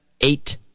eight